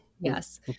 yes